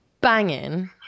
banging